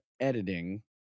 editing